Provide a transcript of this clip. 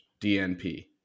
DNP